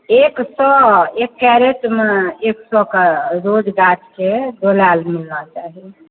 एक सओ एक कैरेटमे एक सओके रोज गाछके डोलाएल मिलना चाही